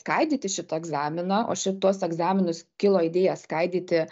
skaidyti šitą egzaminą o šituos egzaminus kilo idėja skaidyti